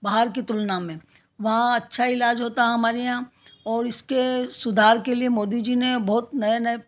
बाहर की तुलना में वहाँ अच्छा इलाज होता हमारे यहाँ और इसके सुधार के लिए मोदी जी ने बहुत नए नए